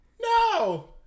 No